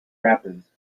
rapids